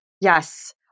Yes